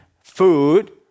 food